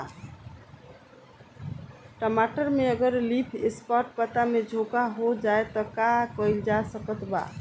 टमाटर में अगर लीफ स्पॉट पता में झोंका हो जाएँ त का कइल जा सकत बा?